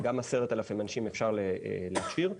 גם 10,000 אפשר להכשיר.